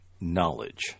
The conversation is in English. knowledge